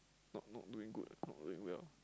not not doing not doing well